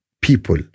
people